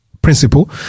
principle